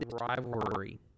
rivalry